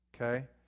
Okay